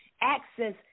access